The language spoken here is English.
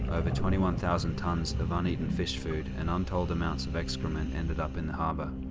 over twenty one thousand tonnes of uneaten fish food and untold amounts of excrement ended up in the harbour.